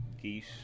geese